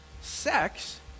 Sex